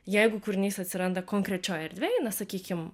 jeigu kūrinys atsiranda konkrečioj erdvėje na sakykim